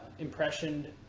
impressioned